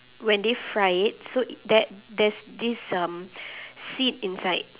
when they fry it so that there's this um seed inside